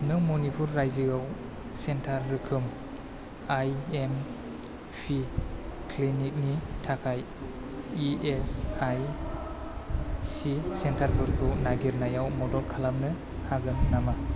नों मनिपुर रायजोआव सेन्टार रोखोम आइ एम पि क्लिनिकनि थाखाय इ एस आइ सि सेन्टारफोरखौ नागिरनायाव मदद खालामनो हागोन नामा